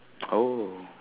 oh